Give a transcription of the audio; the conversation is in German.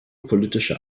politische